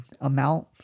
amount